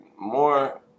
more